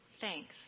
Thanks